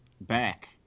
back